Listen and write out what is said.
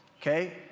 okay